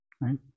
Right